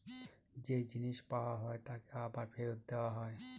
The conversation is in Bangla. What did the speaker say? যে জিনিস পাওয়া হয় তাকে আবার ফেরত দেওয়া হয়